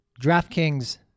DraftKings